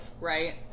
right